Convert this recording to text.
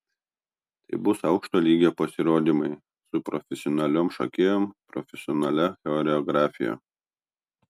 tai bus aukšto lygio pasirodymai su profesionaliom šokėjom profesionalia choreografija